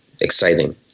Exciting